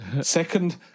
Second